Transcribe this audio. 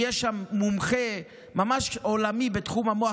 יש שם מומחה ממש עולמי בתחום המוח,